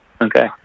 okay